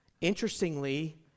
Interestingly